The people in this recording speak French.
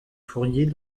fourrier